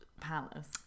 palace